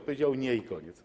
Powiedział: nie i koniec.